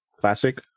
Classic